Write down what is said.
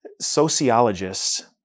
Sociologists